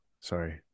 Sorry